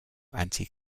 anti